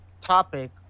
topic